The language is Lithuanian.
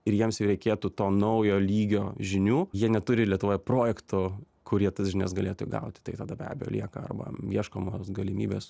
ir jiems jau reikėtų to naujo lygio žinių jie neturi lietuvoje projektų kur jie tas žinias galėtų įgauti tai tada be abejo lieka arba ieškomos galimybės